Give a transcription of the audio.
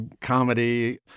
comedy